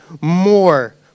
more